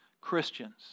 Christians